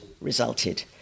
resulted